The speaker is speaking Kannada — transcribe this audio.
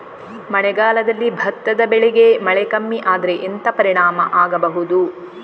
ಮಳೆಗಾಲದಲ್ಲಿ ಭತ್ತದ ಬೆಳೆಗೆ ಮಳೆ ಕಮ್ಮಿ ಆದ್ರೆ ಎಂತ ಪರಿಣಾಮ ಆಗಬಹುದು?